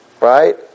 right